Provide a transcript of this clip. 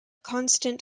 constant